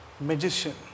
magician